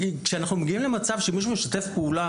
כשאנחנו מגיעים למצב שמישהו משתף פעולה